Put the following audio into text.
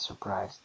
surprised